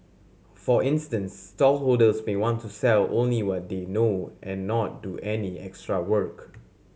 for instance stallholders may want to sell only what they know and not do any extra work